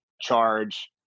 charge